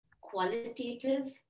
qualitative